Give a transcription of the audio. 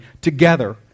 together